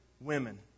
women